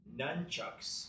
nunchucks